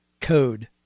code